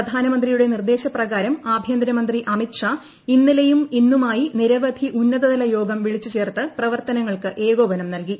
പ്രധാനമന്ത്രിയുടെ നിർദ്ദേശ പ്രകാരം ആഭ്യന്തരമന്ത്രി അമിത് ഷാ ഇന്നലെയും ഇന്നുമായി നിരവധി ഉന്നതതല യോഗം വിളിച്ചു ചേർത്ത് പ്രവർത്തനങ്ങൾക്ക് ഏകോപനം നൽകി